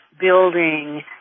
building